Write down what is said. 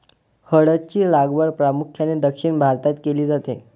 हळद ची लागवड प्रामुख्याने दक्षिण भारतात केली जाते